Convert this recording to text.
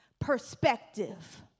Perspective